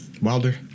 Wilder